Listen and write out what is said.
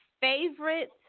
favorite